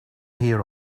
here